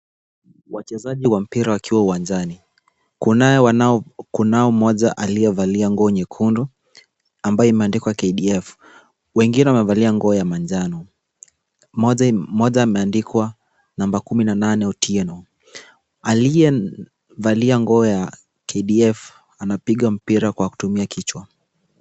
Wachezaji wa mpira wakiwa uwanjani. Kunao mmoja aliyevalia nguo nyekundu ambaye imeandikwa kdf. Wengine wamevalia nguo ya manjano. Moja ameandikwa namba kumi na nane Otieno. Aliyevalia nguo ya kdf anapiga mpira kwa kutumia kichwa.